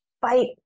fight